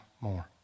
more